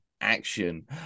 action